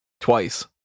twice